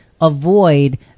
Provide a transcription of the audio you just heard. avoid